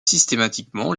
systématiquement